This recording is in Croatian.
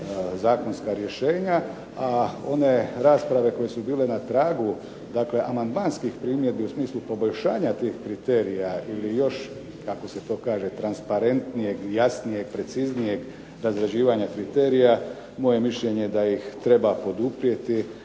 zakonska rješenja. A one rasprave koje su bile na tragu amandmanskih primjedbi u smislu poboljšanja tih kriterija ili još kako se to kaže transparentnijeg i jasnijeg, preciznijeg razrađivanja kriterija, moje mišljenje je da ih treba poduprijeti